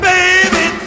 Baby